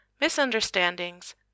misunderstandings